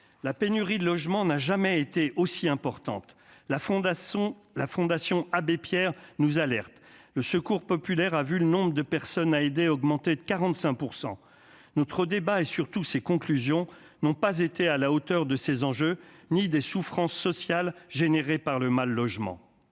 la pénurie de logements n'a jamais été aussi importante, la fondation, la Fondation Abbé Pierre nous alertent le Secours populaire a vu le nombre de personnes a aider augmenté de 45 % notre débat et surtout ses conclusions n'ont pas été à la hauteur de ces enjeux ni des souffrances sociales générées par le mal logement,